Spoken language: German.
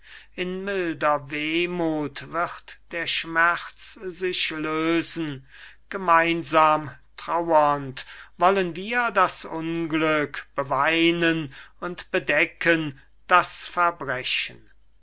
in milder wehmuth wird der schmerz sich lösen gemeinsam trauernd wollen wir das unglück beweinen und bedecken das verbrechen